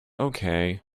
okay